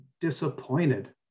disappointed